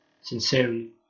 sincerely